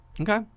Okay